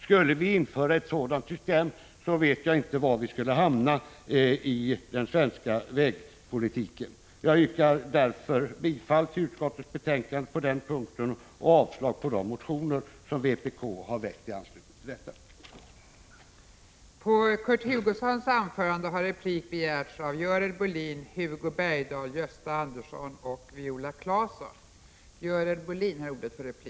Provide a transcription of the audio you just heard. Skulle vi införa en sådan ordning, vet jag inte var vi skulle hamna när det gäller den svenska vägpolitiken. Jag yrkar därför bifall till utskottets hemställan på denna punkt och avslag på de motioner som vpk har väckt i anslutning till frågan.